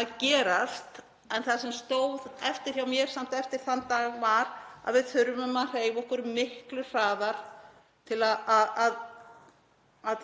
að gerast en það sem stóð samt eftir hjá mér eftir þann dag var að við þurfum að hreyfa okkur miklu hraðar til að auka